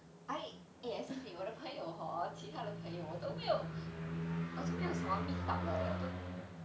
I eh excuse me 我的朋友 hor 其他的朋友我都没有我都没有什么 meet up 的 leh 我都